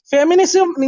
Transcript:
Feminism